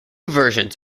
versions